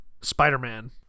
Spider-Man